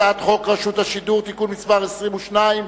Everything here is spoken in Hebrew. הצעת חוק רשות השידור (תיקון מס' 22),